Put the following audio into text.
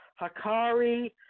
Hakari